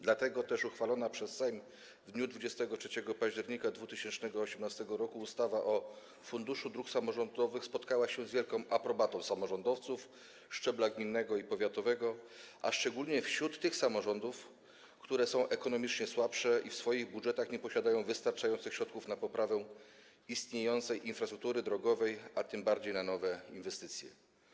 Dlatego też uchwalona przez Sejm w dniu 23 października 2018 r. ustawa o Funduszu Dróg Samorządowych spotkała się z wielką aprobatą samorządowców szczebla gminnego i powiatowego, szczególnie w tych samorządach, które są ekonomicznie słabsze i w swoich budżetach nie posiadają wystarczających środków na poprawę istniejącej infrastruktury drogowej, a tym bardziej na nowe inwestycje.